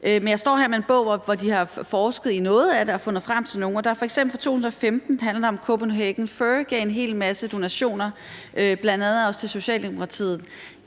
Jeg står her med en bog, hvor de har forsket i noget af det og fundet frem til nogle. Og der står f.eks. noget om 2015, hvor Kopenhagen Fur gav en hel masse donationer, bl.a. også til Socialdemokratiet.